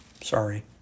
Sorry